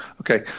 okay